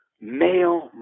male